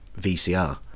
vcr